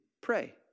pray